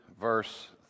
verse